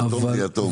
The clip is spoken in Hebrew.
יתום זה יתום.